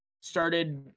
started